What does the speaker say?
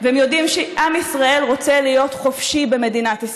כדאי שמישהו, תודה, חבר הכנסת חזן.